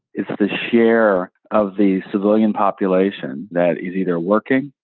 it's the share of the civilian population that is either working,